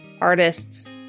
artists